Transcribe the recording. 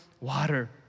water